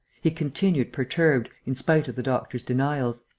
he continued perturbed, in spite of the doctor's denials.